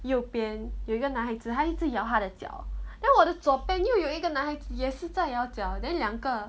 右边有一个男孩子他一直摇他的脚 then 我的左边又有一个男孩子也是在摇脚 then 两个